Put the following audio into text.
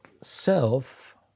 self